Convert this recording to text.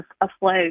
afloat